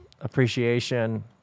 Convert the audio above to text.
Appreciation